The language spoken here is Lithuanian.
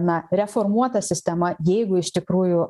na reformuota sistema jeigu iš tikrųjų